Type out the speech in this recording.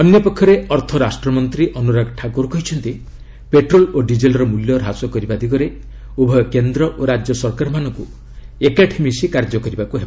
ଅନ୍ୟପକ୍ଷରେ ଅର୍ଥରାଷ୍ଟ୍ରମନ୍ତ୍ରୀ ଅନୁରାଗ ଠାକୁର କହିଛନ୍ତି ପେଟ୍ରୋଲ ଓ ଡିଜେଲର ମୂଲ୍ୟ ହ୍ରାସ କରିବା ଦିଗରେ ଉଭୟ କେନ୍ଦ୍ର ଓ ରାଜ୍ୟ ସରକାରମାନଙ୍କୁ ଏକାଠି ମିଶି କାର୍ଯ୍ୟ କରିବାକୁ ହେବ